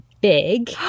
Big